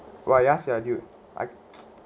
!wah! you ask sia dude I